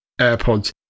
airpods